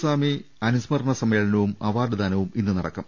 സ്വാമി അനുസ്മരണ സമ്മേളനവും അവാർഡ്ദാനവും ഇന്ന് നടക്കും